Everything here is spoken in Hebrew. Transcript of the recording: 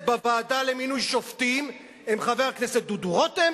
בוועדה למינוי שופטים הם חבר הכנסת דודו רותם